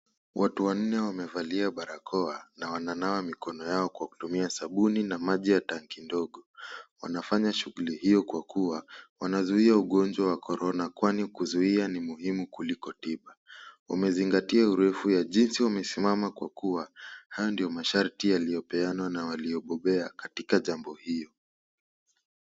Watu wanne wamevalia barakoa na wananawa mikono yao kwa kutumia sabuni na maji ya tanki ndogo. Wanafanya shughuli hiyo kwa kuwa wanazuia ugonjwa wa korona. Kwani kuzuia ni muhimu kuliko tiba. Umezingatia urefu ya jinsi imesimama kwa kuwa hayo ndiyo masharti yaliyopeanwa na waliobobea katika jambo hiyo.